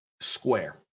square